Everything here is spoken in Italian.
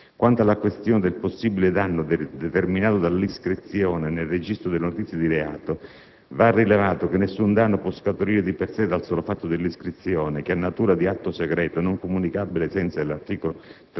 Quanto alla questione del possibile danno determinato dall'iscrizione nel registro delle notizie di reato, va rilevato che nessun danno può scaturire di per sé dal solo fatto dell'iscrizione, che ha natura di atto segreto, non comunicabile, ai sensi dell'articolo 335,